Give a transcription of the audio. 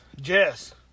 Jess